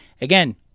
Again